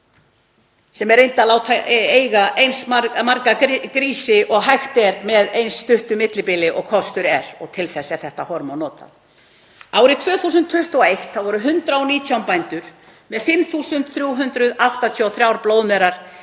sem er reynt að láta eiga eins marga grísi og hægt er með eins stuttu millibili og kostur er og til þess er þetta hormón notað. Árið 2021 voru 119 bændur með 5.383 blóðmerar